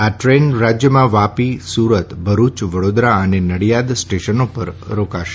આ દ્રેન રાજ્યમાં વાપી સુરત ભરૂચ વડોદરા અને નડિયાદ સ્ટેશનો પર રોકાશે